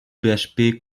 php